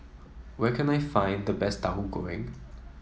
where can I find the best Tauhu Goreng